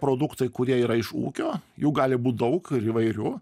produktai kurie yra iš ūkio jų gali būt daug ir įvairių